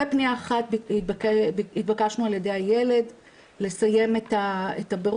ופניה אחת התבקשנו על ידי הילד לסיים את הבירור,